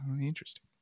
interesting